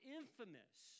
infamous